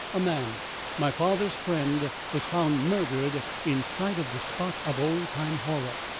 a man my father's friend was found murdered in sight of this spot of old-time horror,